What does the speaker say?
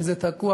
שתקוע,